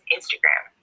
Instagram